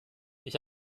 ich